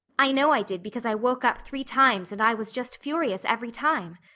i know i did because i woke up three times and i was just furious every time.